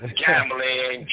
gambling